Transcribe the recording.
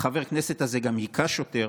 חבר הכנסת הזה גם הכה שוטר.